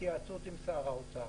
נעשתה גם התייעצות עם שר האוצר.